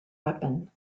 weapon